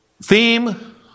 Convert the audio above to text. theme